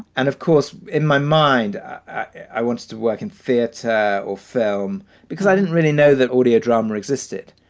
and of course, in my mind, i wanted to work in theatre or film because i didn't really know that audio drama existed.